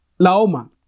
Laoma